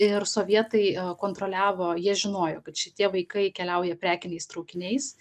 ir sovietai kontroliavo jie žinojo kad šitie vaikai keliauja prekiniais traukiniais